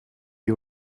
you